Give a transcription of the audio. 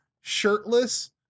shirtless